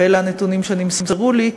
אלה הנתונים שנמסרו לי,